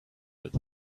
but